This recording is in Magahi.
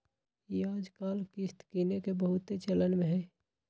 याजकाल किस्त किनेके बहुते चलन में हइ